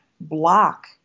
block